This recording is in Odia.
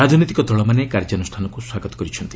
ରାଜନୈତିକ ଦଳମାନେ କାର୍ଯ୍ୟାନୁଷ୍ଠାନକୁ ସ୍ୱାଗତ କରିଛନ୍ତି